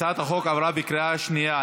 הצעת החוק עברה בקריאה שנייה.